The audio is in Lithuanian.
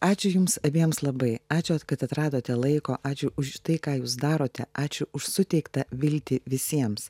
ačiū jums abiems labai ačiū kad atradote laiko ačiū už tai ką jūs darote ačiū už suteiktą viltį visiems